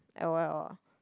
l_o_l ah